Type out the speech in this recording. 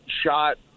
shot